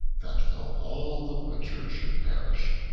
that though all the butchers should perish,